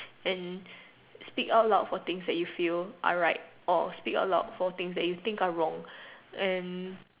and speak out loud for things that you feel are right or speak out loud for things that you think are wrong and